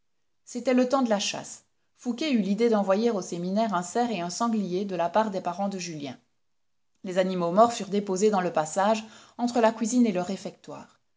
c'était le temps de la chasse fouqué eut l'idée d'envoyer au séminaire un cerf et un sanglier de la part des parents de julien les animaux morts furent déposés dans le passage entre la cuisine et le réfectoire